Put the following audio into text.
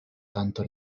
tanto